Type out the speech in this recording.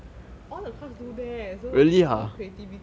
all the class do that so no creativity [one]